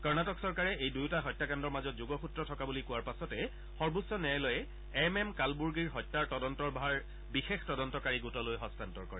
কৰ্ণাটক চৰকাৰে এই দুয়োটা হত্যাকাণ্ডৰ মাজত যোগসূত্ৰ থকা বুলি কোৱাৰ পাছতে সৰ্বোচ্চ ন্যায়ালয়ে এম এম কালবুৰ্গিৰ হত্যাৰ তদন্তৰ ভাৰ বিশেষ তদন্তকাৰী গোটলৈ হস্তান্তৰ কৰে